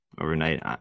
overnight